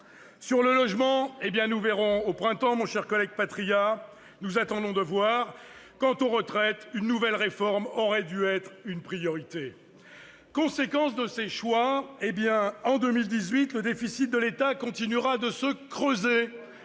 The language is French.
Sur le logement, nous attendons de voir au printemps, mon cher collègue Patriat ... Quant aux retraites, une nouvelle réforme aurait dû être une priorité. Conséquence de ces choix : en 2018, le déficit de l'État continuera de se creuser